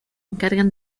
encargan